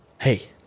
hey